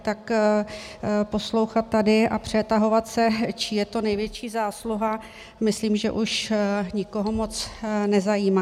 Tak poslouchat tady a přetahovat se, čí je to největší zásluha, myslím, že už nikoho moc nezajímá.